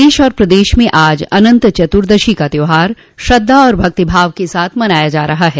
देश और प्रदेश में आज अनंत चतुर्दशी का त्योहार श्रद्वा और भक्ति भाव के साथ मनाया जा रहा है